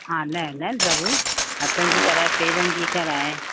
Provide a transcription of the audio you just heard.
हा न न ज़रूर हथनि जी कराए पेरनि जी कराए